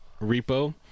Repo